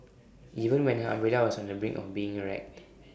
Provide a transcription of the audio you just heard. even when her umbrella was on the brink of being wrecked